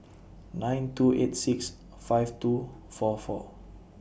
nine two eight six five two four four